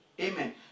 amen